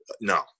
No